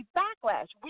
backlash